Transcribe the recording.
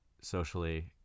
socially